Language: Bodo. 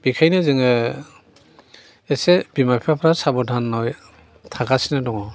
बेखायनो जोङो एसे बिमा बिफाफ्रा साबधाननै थांगासिनो दङ